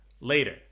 Later